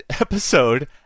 episode